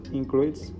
includes